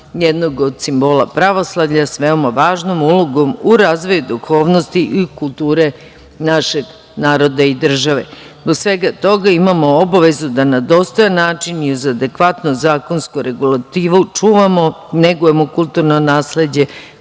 jednog od simbola pravoslavlja sa veoma važnom ulogom u razvoju duhovnosti i kulture našeg naroda i države. Zbog svega toga imamo obavezu da na dostojan način i uz adekvatnu zakonsko regulativu čuvamo i negujemo kulturno nasleđe